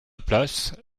place